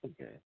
Okay